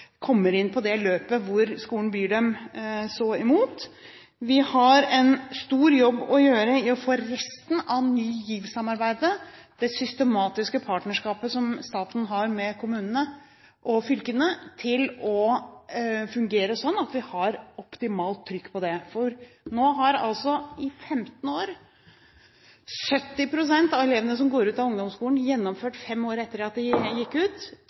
kommer inn på det løpet hvor skolen byr dem så imot. Vi har en stor jobb å gjøre for å få resten av Ny GIV-samarbeidet, det systematiske partnerskapet som staten har med kommunene og fylkene, til å fungere sånn at vi har optimalt trykk på det. Nå har i 15 år 70 pst. av elevene som går ut av ungdomsskolen, gjennomført fem år etter at de gikk ut.